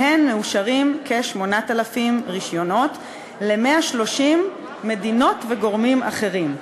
מהן מאושרים כ-8,000 רישיונות ל-130 מדינות וגורמים אחרים.